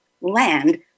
land